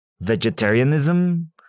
Vegetarianism